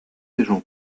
gens